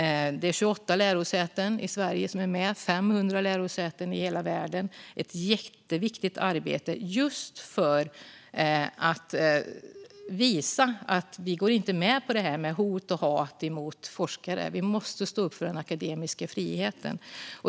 Det är 28 lärosäten i Sverige och 500 lärosäten i hela världen som är med. Det är ett jätteviktigt arbete just för att visa att vi inte går med på det här med hot och hat mot forskare. Vi måste stå upp för den akademiska friheten.